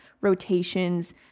rotations